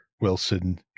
Wilson